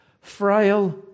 frail